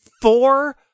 four